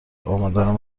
امدن